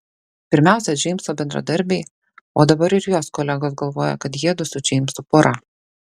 pirmiausia džeimso bendradarbiai o dabar ir jos kolegos galvoja kad jiedu su džeimsu pora